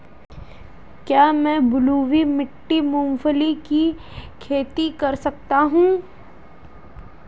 क्या मैं बलुई मिट्टी में मूंगफली की खेती कर सकता हूँ?